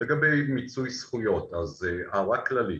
לגבי מיצוי זכויות, אז הערה כללית,